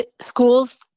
Schools